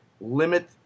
limit